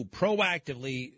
proactively